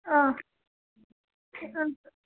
ആ ആ